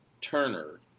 Turner